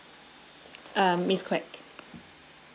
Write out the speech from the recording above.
uh miss quek